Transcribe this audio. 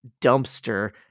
dumpster